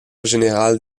général